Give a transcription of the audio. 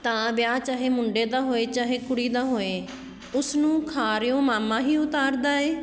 ਤਾਂ ਵਿਆਹ ਚਾਹੇ ਮੁੰਡੇ ਦਾ ਹੋਏ ਚਾਹੇ ਕੁੜੀ ਦਾ ਹੋਏ ਉਸਨੂੰ ਖਾਰਿਓਂ ਮਾਮਾ ਹੀ ਉਤਾਰਦਾ ਹੈ